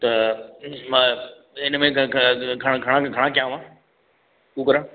त मां इन में घणा घणा घणा कयांव कूकर